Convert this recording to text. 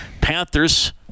Panthers